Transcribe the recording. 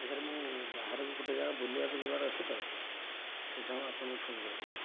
sir ମୁଁ ବାହାରକୁ ଗୋଟେ ଜାଗା ବୁଲିବାକୁ ଯିବାର ଅଛି ତ ମୁଁ ଆପଣଙ୍କୁ ଫୋନ୍ କରିଥିଲି